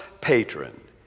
patron